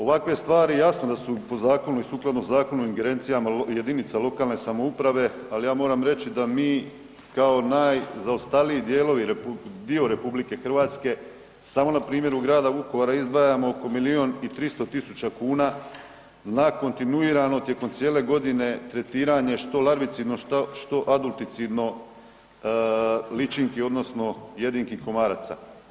Ovakve stvari jasno da su po zakonu i sukladno zakonu u ingerencijama jedinica lokalne samouprave, ali ja moram reći da mi kao najzaostaliji dio RH samo na primjeru Grada Vukovara izdvajamo oko milijun i 300 tisuća kuna na kontinuirano tijekom cijele godine tretiranje što larvicidno, što adulticidno ličinki odnosno jedinki komaraca.